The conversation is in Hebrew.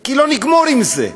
כי לא נגמור עם זה.